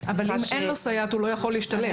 אבל אם אין לו סייעת הוא לא יכול להשתלב.